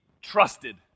trusted